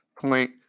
point